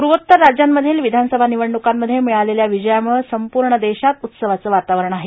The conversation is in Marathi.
प्रर्वोत्तर राज्यांमधील विधानसभा निवडणुकांमध्ये मिळालेल्या विजयामुळं संप्रर्ण देशात उत्सवाचं वातावरण आहे